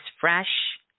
fresh